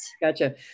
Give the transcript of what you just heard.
gotcha